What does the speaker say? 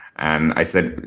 and i said,